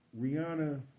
Rihanna